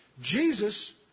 Jesus